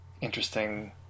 interesting